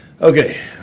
Okay